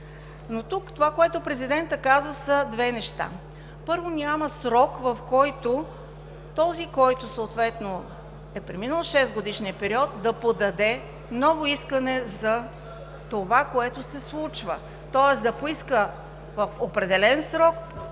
Тук това, което президентът каза, са две неща. Първо, няма срок, в който този, който съответно е преминал шестгодишния период, да подаде ново искане за това, което се случва, тоест да поиска в определен срок